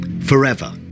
forever